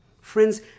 Friends